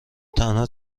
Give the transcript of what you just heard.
تنها